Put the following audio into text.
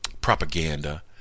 propaganda